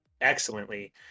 excellently